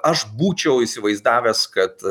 aš būčiau įsivaizdavęs kad